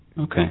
Okay